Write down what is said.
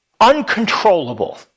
uncontrollable